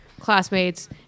classmates